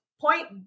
Point